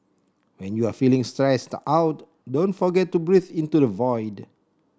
when you are feeling stressed out don't forget to breathe into the void